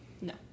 No